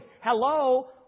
Hello